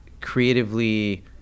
creatively